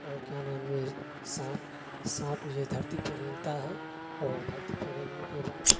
اور کیا نام ہے سانپ سانپ یہ دھرتی پہ رینگتا ہے اور دھرتی پہ رینگنے کے بعد